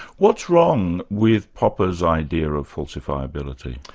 what's wrong with popper's idea of falsifiability?